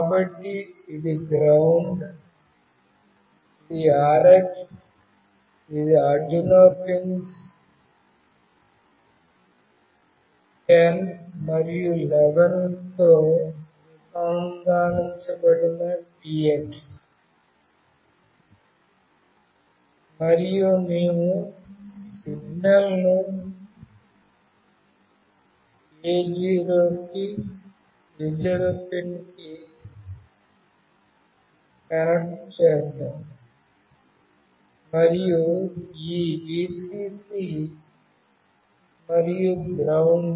కాబట్టి ఇది గ్రౌండ్ ఇది Rx ఇది ఆర్డునో పిన్స్ 10 మరియు 11 లతో అనుసంధానించబడిన Tx మరియు మేము సిగ్నల్ను A0 పిన్కు కనెక్ట్ చేసాము మరియు ఈ Vcc మరియు గ్రౌండ్